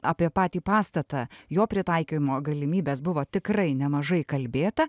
apie patį pastatą jo pritaikymo galimybes buvo tikrai nemažai kalbėta